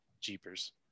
jeepers